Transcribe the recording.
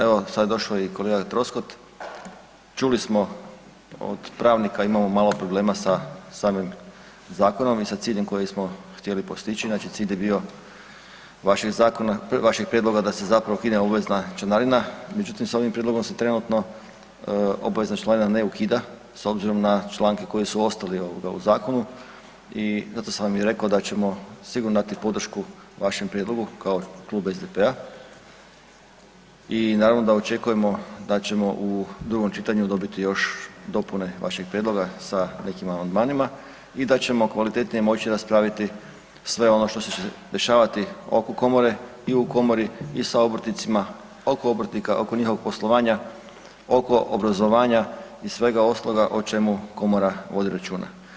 Evo, sad je došao i kolega Troskot, čuli smo od pravnika, imamo malo problema sa samim zakonom i sa ciljem koji smo htjeli postići, znači cilj je bio vašeg zakona, vašeg prijedloga, da se zapravo ukine obvezna članarina, međutim, s ovim prijedlogom se trenutno obavezna članarina ne ukida, s obzirom na članke koji su ostali ovoga, u zakonu i zato sam vam i rekao da ćemo sigurno dati podršku vašem prijedlogu, kao Klub SDP-a i naravno da očekujemo da ćemo u drugom čitanju dobiti još dopune vašeg prijedloga sa nekim amandmanima i da ćemo kvalitetnije moći raspraviti sve ono što će se dešavati oko Komore i u Komori i sa obrtnicima, oko obrtnika, oko njihovog poslovanja, oko obrazovanja i svega ostaloga, o čemu Komora vodi računa.